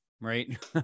Right